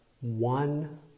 one